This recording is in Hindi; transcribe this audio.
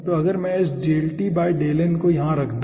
तो अगर मैं इस को यहाँ रख दूँ